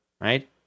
Right